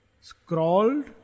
scrawled